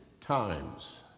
times